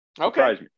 Okay